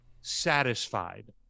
satisfied